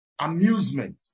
Amusement